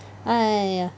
!aiya!